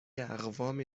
اقوام